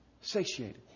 satiated